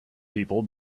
people